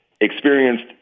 experienced